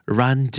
run